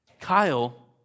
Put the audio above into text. Kyle